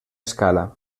escala